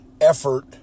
effort